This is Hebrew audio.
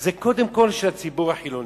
זה קודם כול של הציבור החילוני.